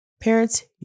Parents